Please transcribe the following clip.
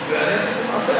ואני עשיתי מעשה,